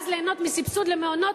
ואז ליהנות מסבסוד למעונות,